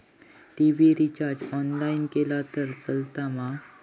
TV recharge online केला तरी चलात मा?